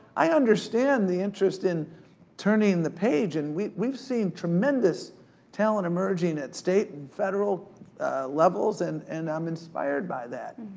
i understand the interest in turning the page, and we've we've seen tremendous talent emerging at state, and federal levels. and and i'm inspired by that.